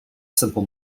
simple